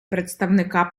представника